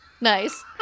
Nice